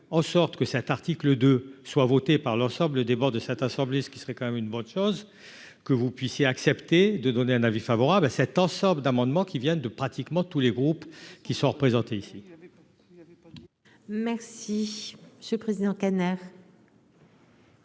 en sorte que cet article 2 soit voté par l'ensemble des bancs de cette assemblée, ce qui serait quand même une bonne chose que vous puissiez accepté de donner un avis favorable à cet ensemble d'amendements qui viennent de pratiquement tous les groupes qui sont représentés ici. Il avait pas, il avait pas